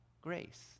grace